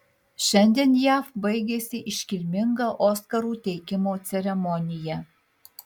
šiandien jav baigėsi iškilminga oskarų teikimo ceremonija